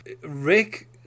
Rick